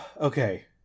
Okay